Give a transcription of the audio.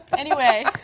but anyway.